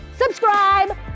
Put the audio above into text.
subscribe